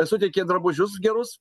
suteikė drabužius gerus